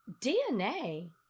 DNA